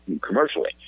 commercially